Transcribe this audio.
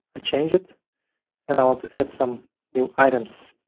ah change it and i want to add some new items.